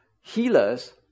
healers